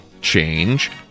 change